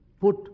put